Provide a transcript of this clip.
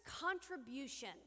contribution